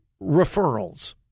referrals